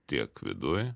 tiek viduj